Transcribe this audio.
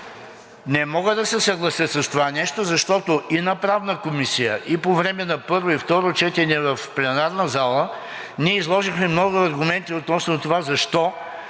Не мога да се съглася с това нещо, защото и на Правна комисия, и по време на първо и второ четене в пленарната зала ние изложихме много аргументи относно това защо,